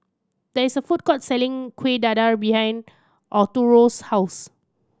there's a food court selling Kueh Dadar behind Arturo's house